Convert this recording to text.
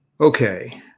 okay